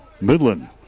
Midland